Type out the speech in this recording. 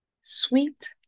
sweet